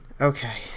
Okay